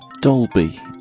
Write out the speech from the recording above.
Dolby